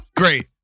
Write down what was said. Great